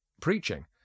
preaching